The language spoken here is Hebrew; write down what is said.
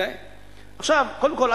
קודם כול,